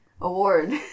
award